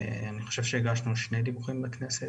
אם אינני טועה הגשנו שני דיווחים לכנסת.